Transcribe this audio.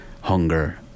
hunger